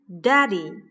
Daddy